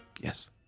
Yes